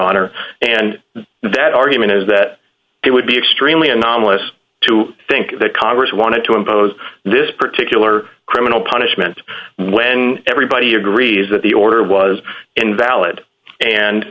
honor and that argument is that it would be extremely anomalous to think that congress wanted to impose this particular criminal punishment when everybody agrees that the order was invalid and